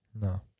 No